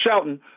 shouting